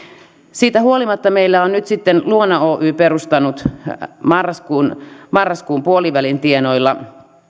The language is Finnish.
siitä huolimatta meillä ovat nyt sitten maahanmuuttovirasto ja luona oy perustaneet marraskuun marraskuun puolivälin tienoilla